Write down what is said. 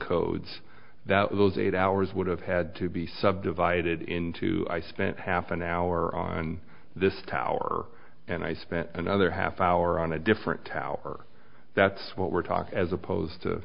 codes that those eight hours would have had to be subdivided into i spent half an hour on this tower and i spent another half hour on a different tower that's what we're talking as opposed to